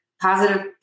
positive